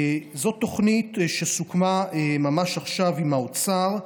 זאת תוכנית שסוכמה ממש עכשיו עם האוצר,